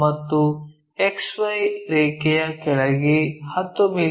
ಮತ್ತು XY ರೇಖೆಯ ಕೆಳಗೆ 10 ಮಿ